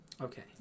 Okay